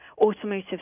automotive